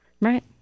Right